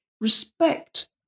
Respect